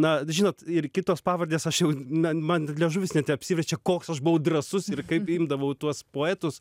na žinot ir kitos pavardės aš jau na man liežuvis net neapsiverčia koks aš buvau drąsus ir kaip imdavau tuos poetus